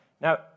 Now